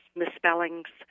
misspellings